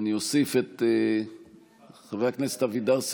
ואני אוסיף את חברי הכנסת אבידר,